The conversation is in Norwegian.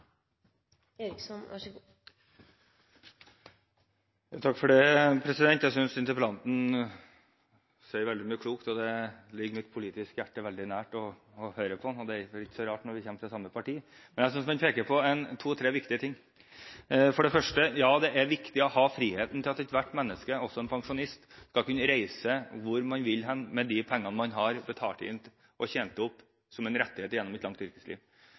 Jeg synes interpellanten sier veldig mye klokt. Det ligger mitt politiske hjerte veldig nær å høre på ham. Det er vel ikke så rart når vi kommer fra samme parti. Jeg synes han peker på to–tre viktige ting. For det første er det viktig at ethvert menneske, også en pensjonist, har friheten til å kunne reise hvor man vil med de pengene man har betalt inn og tjent opp som en rettighet gjennom et langt yrkesliv.